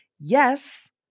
yes